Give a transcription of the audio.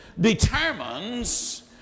determines